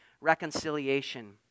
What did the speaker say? reconciliation